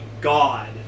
god